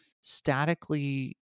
statically